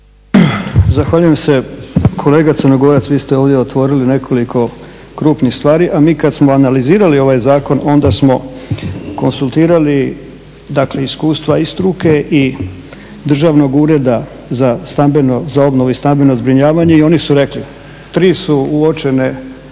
Zahvaljujem se. Kolega Crnogorac, vi ste ovdje otvorili nekoliko krupnih stvari, a mi kad smo analizirali ovaj zakon onda smo konzultirati dakle iskustva i struke i Državnog ureda za obnovu i stambeno zbrinjavanje i oni su rekli tri su uočene stvari